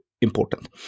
important